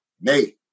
nay